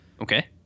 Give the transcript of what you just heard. Okay